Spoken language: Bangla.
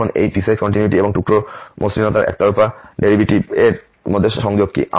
এখন এই পিসওয়াইস কন্টিনিউয়িটি এবং টুকরো মসৃণতার একতরফা ডেরিভেটিভের মধ্যে সংযোগ কি